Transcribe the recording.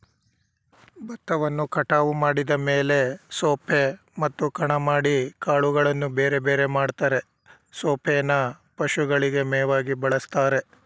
ಬತ್ತವನ್ನು ಕಟಾವು ಮಾಡಿದ ಮೇಲೆ ಸೊಪ್ಪೆ ಮತ್ತು ಕಣ ಮಾಡಿ ಕಾಳುಗಳನ್ನು ಬೇರೆಬೇರೆ ಮಾಡ್ತರೆ ಸೊಪ್ಪೇನ ಪಶುಗಳಿಗೆ ಮೇವಾಗಿ ಬಳಸ್ತಾರೆ